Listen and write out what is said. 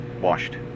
Washed